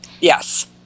Yes